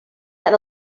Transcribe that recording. had